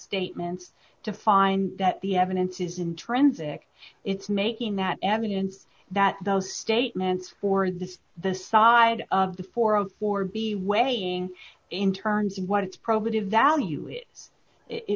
statements to find that the evidence is intrinsic it's making that evidence that those statements for this the side of the forum for be waiting in turns and what it's probably devalue it is i